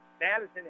Madison